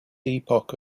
epoch